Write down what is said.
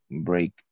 break